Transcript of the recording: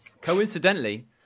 coincidentally